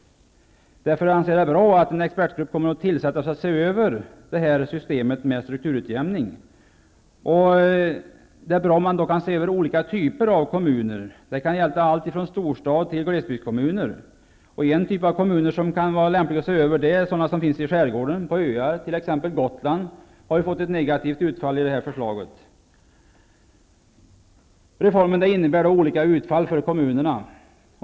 Därför anser jag att det är bra att en expertgrupp kommer att tillsättas för att se över systemet med strukturutjämning. Det är bra om man då kan se på olika typer av kommuner. Det kan gälla allt från storstad till glesbygdskommuner. En typ av kommuner som det kan vara lämpligt att se över är skärgårdskommuner och kommuner på öar, t.ex. Gotland som har fått ett negativt utfall i det nya förslaget. Reformen innebär olika utfall för kommunerna.